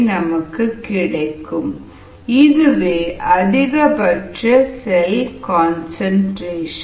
5 இதுவே அதிகபட்ச cell concentration